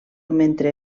mentre